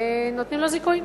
נותנים לו זיכוי.